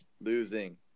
losing